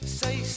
say